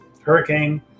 hurricane